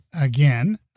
again